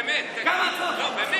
באמת, תגיד, באמת.